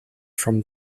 from